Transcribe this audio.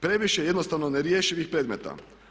Previše je jednostavno nerješivih predmeta.